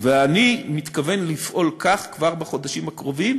ואני מתכוון לפעול כך כבר בחודשים הקרובים,